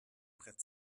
brett